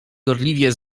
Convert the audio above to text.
gorliwie